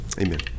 Amen